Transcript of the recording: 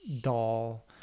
doll